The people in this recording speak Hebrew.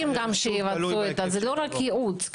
זה לא רק ייעוץ.